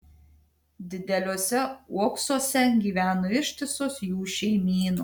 dideliuose uoksuose gyveno ištisos jų šeimynos